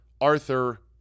Arthur